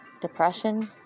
depression